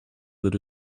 that